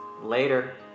Later